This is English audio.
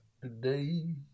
today